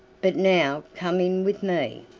but now come in with me.